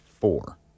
four